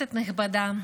כנסת נכבדה,